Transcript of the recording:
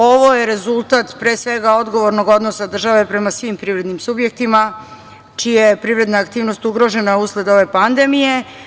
Ovo je rezultat pre svega odgovornog odnosa države prema svim privrednim subjektima čija je privredna aktivnost ugrožena usled ove pandemije.